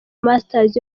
masters